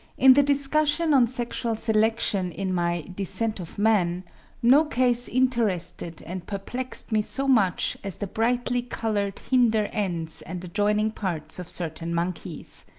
in the discussion on sexual selection in my descent of man no case interested and perplexed me so much as the brightly-coloured hinder ends and adjoining parts of certain monkeys.